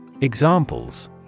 Examples